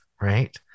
right